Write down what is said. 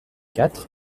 quatre